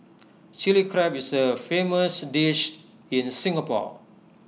Chilli Crab is A famous dish in Singapore